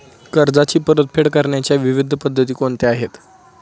कर्जाची परतफेड करण्याच्या विविध पद्धती कोणत्या आहेत?